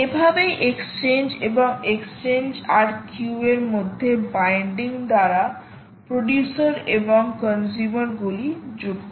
এভাবেই এক্সচেঞ্জ এবং এক্সচেঞ্জ আর কিউ এর মধ্যে বাইন্ডিং দ্বারা প্রডিউসার এবং কনজিউমার গুলি যুক্ত